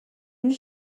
энэ